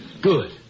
Good